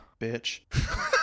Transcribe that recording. Bitch